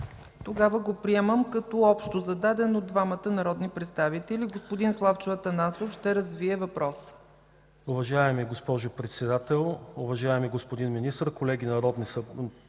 Тогава го приемам като общо зададен от двамата народни представители. Господин Славчо Атанасов ще развие въпроса.